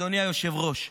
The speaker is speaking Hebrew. אדוני היושב-ראש.